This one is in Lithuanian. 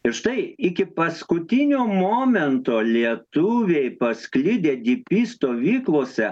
ir štai iki paskutinio momento lietuviai pasklidę dy py stovyklose